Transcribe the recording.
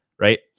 Right